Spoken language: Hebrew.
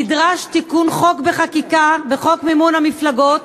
נדרש תיקון חוק בחקיקה, בחוק מימון המפלגות,